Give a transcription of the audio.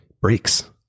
breaks